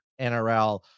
nrl